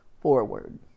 forward